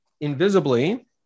Invisibly